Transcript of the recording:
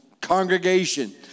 congregation